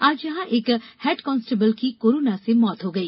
आज यहां एक हेड कांस्टेबल की कोरोना से मौत हो गई